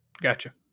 Gotcha